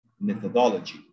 methodology